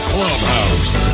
Clubhouse